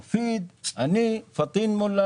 מופיד, אני, פטין מו לא